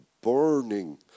burning